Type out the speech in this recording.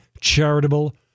charitable